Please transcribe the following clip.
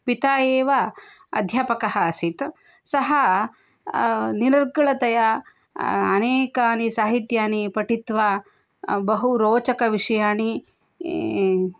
पिता एव अध्यापकः आसीत् सः निर्गलतया अनेकानि साहित्यानि पठित्वा बहुरोचकविषयाणि